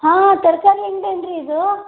ಹಾಂ ತರಕಾರಿ ಅಂಗ್ಡಿಯೇನು ರೀ ಇದು